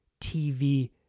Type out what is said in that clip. TV